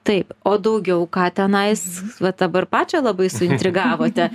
taip o daugiau ką tenais vat dabar pačią labai suintrigavote